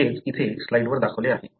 तेच येथे स्लाइडवर दाखवले आहे